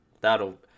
that'll